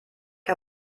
hat